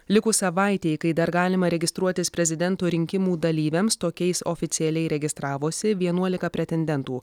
likus savaitei kai dar galima registruotis prezidento rinkimų dalyviams tokiais oficialiai registravosi vienuolika pretendentų